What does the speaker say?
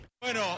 Bueno